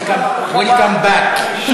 Welcome back.